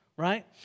Right